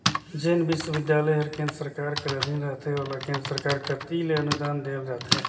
जेन बिस्वबिद्यालय हर केन्द्र सरकार कर अधीन रहथे ओला केन्द्र सरकार कती ले अनुदान देहल जाथे